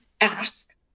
ask